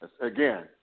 again